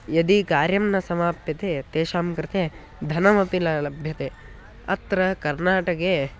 यदि कार्यं न समाप्यते तेषां कृते धनमपि ल लभ्यते अत्र कर्नाटके